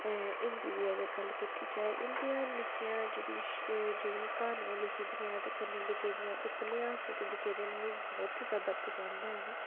हिंदी दी अगर गल्ल किती जा उंदियां निक्कियां जेह्ड़ियां क्हानियां न लिखी दियां ते कन्नै गै उपन्यास जेह्ड़े लिखे दे न बहुत गै जैदा पसंद न